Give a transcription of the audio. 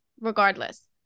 regardless